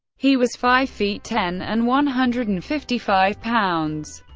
he was five feet ten and one hundred and fifty five pounds,